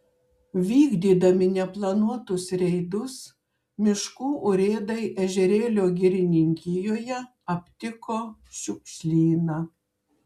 vykdydami neplanuotus reidus miškų urėdai ežerėlio girininkijoje aptiko šiukšlyną